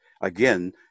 again